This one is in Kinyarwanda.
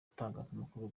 itangazamakuru